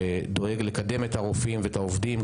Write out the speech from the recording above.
שדואג לקדם את הרופאים ואת העובדים,